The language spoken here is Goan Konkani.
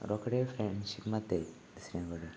रोखडे फ्रेंडशीप माताय दुसऱ्यां कडेन